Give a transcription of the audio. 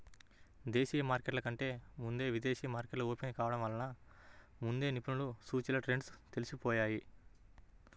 దేశీయ మార్కెట్ల కంటే ముందే విదేశీ మార్కెట్లు ఓపెన్ కావడం వలన ముందే నిపుణులకు సూచీల ట్రెండ్స్ తెలిసిపోతాయి